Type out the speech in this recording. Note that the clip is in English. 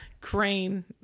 Crane